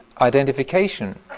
identification